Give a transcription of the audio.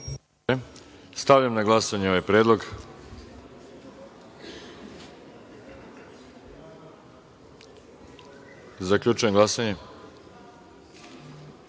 Stavljam na glasanje ovaj predlog. Zaključujem glasanje